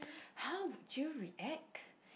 how would you react